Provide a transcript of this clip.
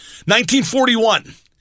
1941